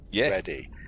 ready